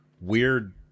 weird